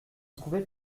trouver